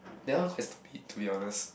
that one quite stupid to be honest